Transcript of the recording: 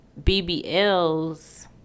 BBLs